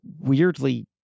weirdly